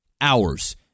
hours